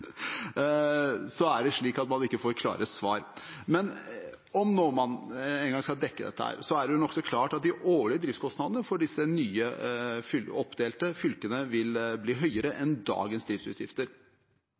er det slik at man ikke får klare svar. Men om man nå engang skal dekke dette, er det nokså klart at de årlige driftskostnadene for disse nye, oppdelte fylkene vil bli høyere